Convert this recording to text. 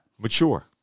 mature